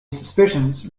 suspicions